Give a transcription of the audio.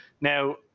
Now